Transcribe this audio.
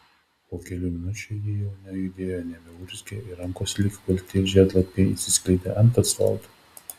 po kelių minučių ji jau nejudėjo nebeurzgė ir rankos lyg balti žiedlapiai išsiskleidė ant asfalto